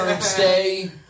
stay